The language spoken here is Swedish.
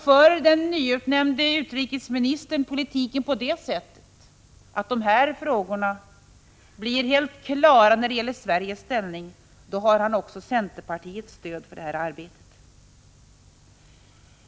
För den nyutnämnde utrikesministern politiken på ett sådant sätt att Sveriges ställning i dessa frågor blir helt klar har han centerpartiets stöd i detta arbete.